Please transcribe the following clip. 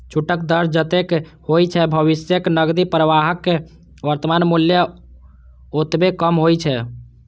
छूटक दर जतेक होइ छै, भविष्यक नकदी प्रवाहक वर्तमान मूल्य ओतबे कम होइ छै